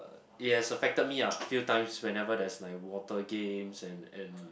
uh it has affected me ah few times whenever there's like water games and and